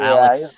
Alex